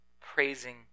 praising